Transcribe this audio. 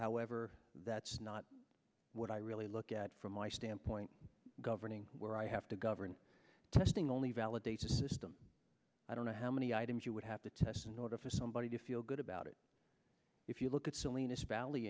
however that's not what i really look at from my standpoint governing where i have to govern testing only validate a system i don't know how many items you would have to test and notify somebody to feel good about it if you look at salinas valley